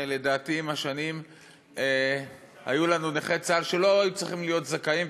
לדעתי עם השנים היו לנו נכי צה"ל שלא היו צריכים להיות זכאים,